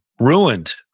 ruined